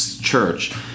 church